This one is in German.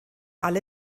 alle